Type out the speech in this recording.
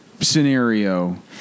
scenario